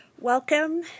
Welcome